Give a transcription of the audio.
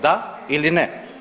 Da ili ne?